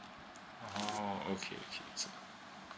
oh okay okay so